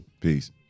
Peace